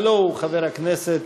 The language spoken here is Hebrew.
הלוא הוא חבר הכנסת